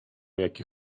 jakie